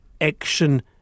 Action